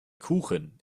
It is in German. kuchen